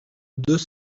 deux